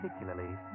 particularly